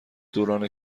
دوران